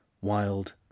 wild